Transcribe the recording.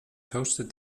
toasted